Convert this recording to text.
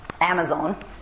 Amazon